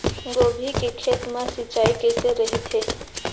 गोभी के खेत मा सिंचाई कइसे रहिथे?